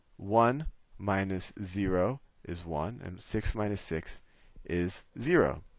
one minus zero is one. and six minus six is zero.